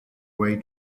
way